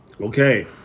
Okay